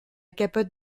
capote